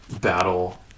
battle